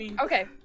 Okay